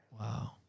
Wow